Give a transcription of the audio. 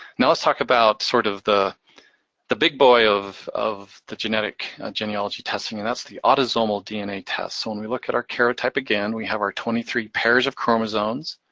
now let's talk about sort of the the big boy of of the genetic genealogy testing and that's the autosomal dna test. so when we look at our karyotype again, we have our twenty three pairs of chromosomes.